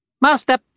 Master